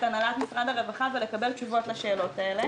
הנהלת משרד הרווחה ולקבל תשובות לשאלות שנשאלו.